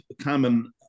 common